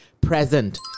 Present